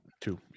Two